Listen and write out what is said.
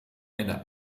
eine